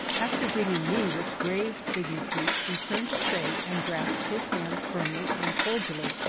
after greeting me with grave dignity, he turned to faye and grasped his hand firmly and cordially,